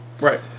Right